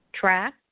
track